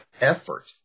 effort